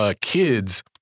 kids